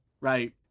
right